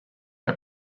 are